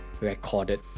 recorded